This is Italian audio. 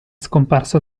scomparso